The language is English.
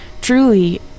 truly